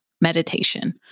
meditation